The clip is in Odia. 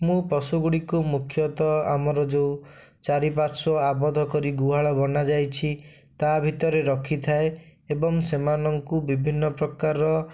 ମୁଁ ପଶୁଗୁଡ଼ିକୁ ମୁଖ୍ୟତଃ ଆମର ଯୋଉ ଚାରିପାର୍ଶ୍ୱ ଆବଦ୍ଧକରି ଗୁହାଳ ବନାଯାଇଛି ତା ଭିତରେ ରଖିଥାଏ ଏବଂ ସେମାନଙ୍କୁ ବିଭିନ୍ନପ୍ରକାର